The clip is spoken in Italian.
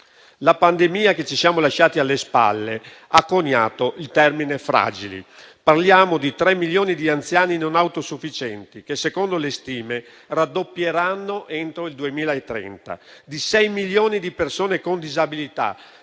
La pandemia che ci siamo lasciati alle spalle ha coniato il termine «fragili»: parliamo di tre milioni di anziani non autosufficienti che, secondo le stime, raddoppieranno entro il 2030, di 6 milioni di persone con disabilità,